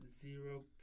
zero